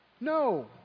No